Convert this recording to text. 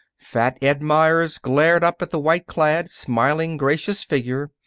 fat ed meyers glared up at the white-clad, smiling, gracious figure.